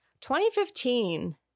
2015